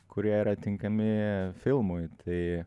kurie yra tinkami filmui tai